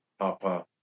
papa